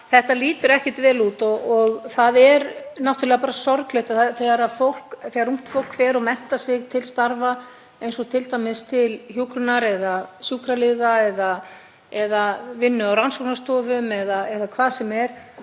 þetta lítur ekki vel út og það er náttúrlega bara sorglegt þegar ungt fólk fer og menntar sig til starfa, eins og t.d. til hjúkrunar- eða sjúkraliðastarfa eða vinnu á rannsóknarstofum eða hvað sem er,